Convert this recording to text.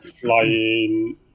flying